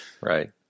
right